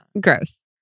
Gross